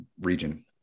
region